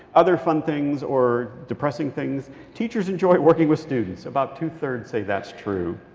other fun things, or depressing things teachers enjoy working with students. about two-thirds say that's true.